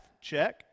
check